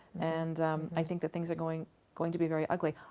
and i think that things are going going to be very ugly.